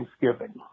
Thanksgiving